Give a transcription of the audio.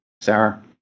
Sarah